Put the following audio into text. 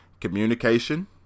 communication